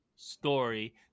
story